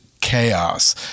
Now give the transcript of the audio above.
chaos